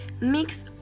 mix